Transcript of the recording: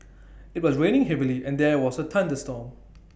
IT was raining heavily and there was A thunderstorm